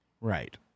Right